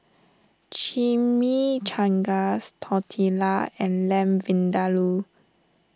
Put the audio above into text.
Chimichangas Tortillas and Lamb Vindaloo